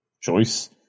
choice